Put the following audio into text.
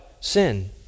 sin